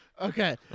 Okay